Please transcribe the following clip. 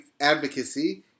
advocacy